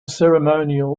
ceremonial